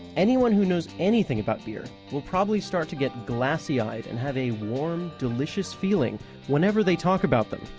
anyone who knows anything about beer will probably start to get glassy-eyed and have a warm delicious feeling whenever they talk about them,